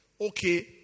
Okay